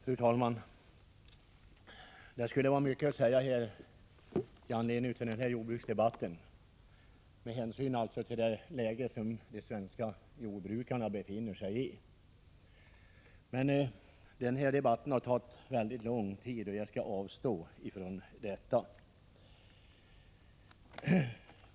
Fru talman! Det skulle vara mycket att säga i anledning av denna jordbruksdebatt, med hänsyn till det läge som de svenska jordbrukarna befinner sig i, men eftersom denna debatt har tagit mycket lång tid skall jag avstå från detta.